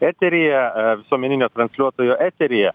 eteryje visuomeninio transliuotojo eteryje